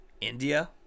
india